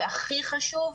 והכי חשוב,